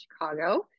Chicago